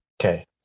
Okay